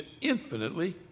infinitely